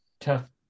Tough